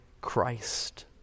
Christ